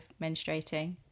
menstruating